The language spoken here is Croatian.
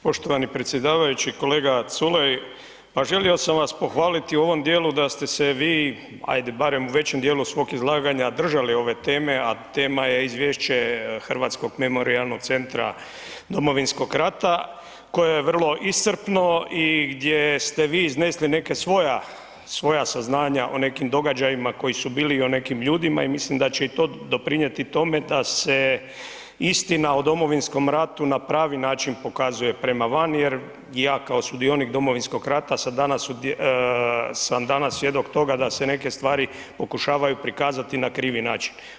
Poštovani predsjedavajući, kolega Culej pa želio sam vas pohvaliti u ovom dijelu da ste se vi ajde barem u većem dijelu svog izlaganja držali ove teme, a tema je izvješće Hrvatskog memorijalnog centra Domovinskog rata koja je vrlo iscrpno i gdje ste vi iznesli neke svoja saznanja o nekim događajima koji su bili i o nekim ljudima i mislim da će i to doprinijeti tome da se istina o Domovinskom ratu na pravi način pokazuje prema van jer ja kao sudionik Domovinskog rata sam danas svjedok toga da se neke stvari pokušavaju prikazati na krivi način.